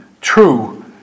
true